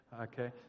okay